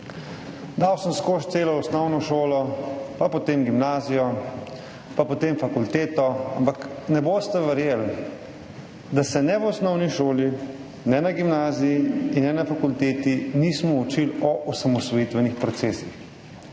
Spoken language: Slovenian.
Dal sem skozi celo osnovno šolo, pa potem gimnazijo, pa potem fakulteto, ampak ne boste verjeli, da se ne v osnovni šoli ne na gimnaziji in ne na fakulteti nismo učili o osamosvojitvenih procesih.